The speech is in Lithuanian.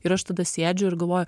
ir aš tada sėdžiu ir galvoju